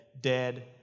dead